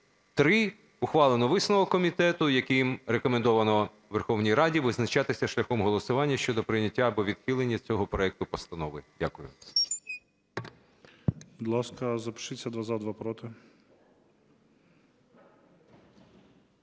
Ухвалені висновки. І комітет рекомендує Верховній Раді визначатися шляхом голосування щодо прийняття або відхилення цих проектів постанов. Дякую.